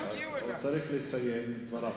הוא צריך לסיים את דבריו.